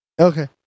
Okay